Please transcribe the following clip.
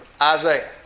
Isaiah